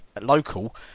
local